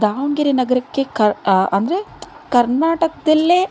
ದಾವಣಗೆರೆ ನಗರಕ್ಕೆ ಕ ಅಂದರೆ ಕರ್ನಾಟಕದಲ್ಲೇ